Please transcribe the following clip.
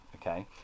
okay